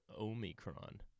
Omicron